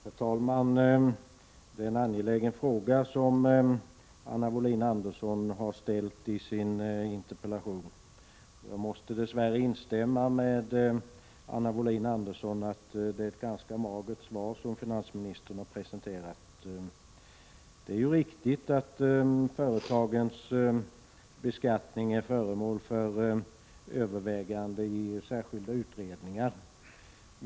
Herr talman! Det är en angelägen fråga som Anna Wohlin-Andersson har ställt i sin interpellation. Jag måste dess värre instämma med henne i att det är ett ganska magert svar som finansministern har presenterat. Det är riktigt att företagens beskattning är föremål för övervägande i särskilda utredningar.